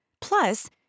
Plus